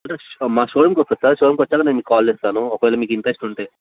అంటే మా షోరూమ్కి వస్తుంది సార్ షోరూమ్కి వచ్చినాక నేను మీకు కాల్ చేస్తాను ఒకవేళ మీకు ఇంట్రస్ట్ ఉంటే